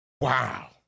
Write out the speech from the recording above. Wow